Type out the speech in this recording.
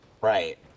Right